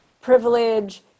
privilege